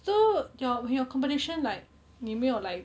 so your your competition like 你没有 like